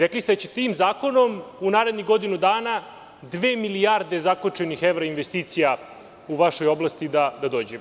Rekli ste da će tim zakonom u narednih godinu dana dve milijarde zakočenih evra investicija u vašoj oblasti da dođe.